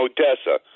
Odessa